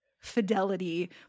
fidelity